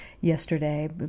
yesterday